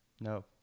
No